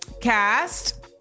cast